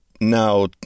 now